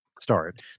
start